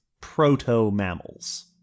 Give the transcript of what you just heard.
Proto-Mammals